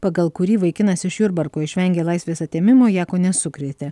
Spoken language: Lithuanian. pagal kurį vaikinas iš jurbarko išvengė laisvės atėmimo ją kone sukrėtė